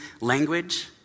language